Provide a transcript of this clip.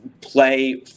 Play